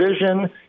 vision